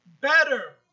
better